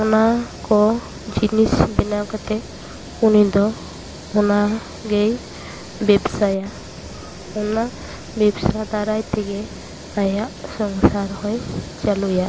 ᱚᱱᱟ ᱠᱚ ᱡᱤᱱᱤᱥ ᱵᱮᱱᱟᱣ ᱠᱟᱛᱮᱫ ᱩᱱᱤ ᱫᱚ ᱚᱱᱟ ᱜᱮᱭ ᱵᱮᱯᱥᱟᱭᱟ ᱚᱱᱟ ᱵᱮᱯᱥᱟ ᱫᱟᱨᱟᱭ ᱛᱮᱜᱮ ᱟᱭᱟᱜ ᱥᱚᱝᱥᱟᱨ ᱦᱚᱭ ᱪᱟᱹᱞᱩᱭᱟ